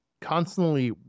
constantly